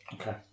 Okay